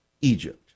Egypt